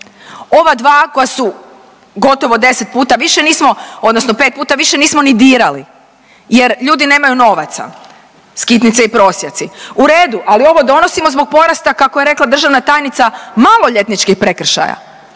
puta više nismo odnosno 5 puta više nismo ni dirali jer ljudi nemaju novaca skitnice i prosjaci, u redu, ali ovo donosimo zbog porasta kako je rekla državna tajnica maloljetničkih prekršaja,